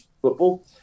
football